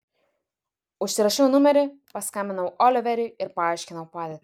užsirašiau numerį paskambinau oliveriui ir paaiškinau padėtį